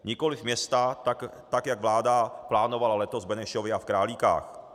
Nikoliv města, tak jak vláda plánovala letos v Benešově a v Králíkách.